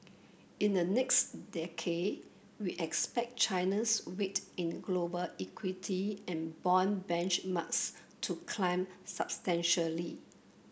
in the next decade we expect China's weight in global equity and bond benchmarks to climb substantially